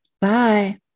Bye